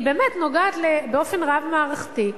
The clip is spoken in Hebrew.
היא באמת נוגעת באופן רב-מערכתי.